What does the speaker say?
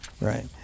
Right